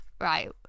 Right